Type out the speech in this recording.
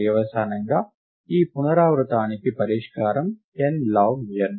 పర్యవసానంగా ఈ పునరావృతానికి పరిష్కారం n log n